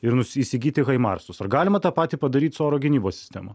ir nusi įsigyti haimarsus ar galima tą patį padaryt su oro gynybos sistema